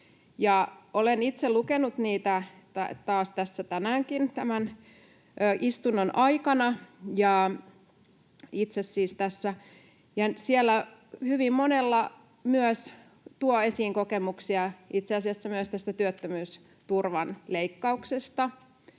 Olen itse lukenut niitä tässä taas tänäänkin tämän istunnon aikana, ja siellä hyvin moni tuo esiin kokemuksia itse asiassa myös tästä työttömyysturvan leikkauksesta.